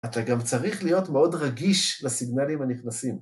אתה גם צריך להיות מאוד רגיש לסיגנלים הנכנסים.